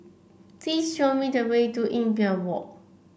please show me the way to Imbiah Walk